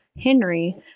Henry